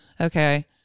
Okay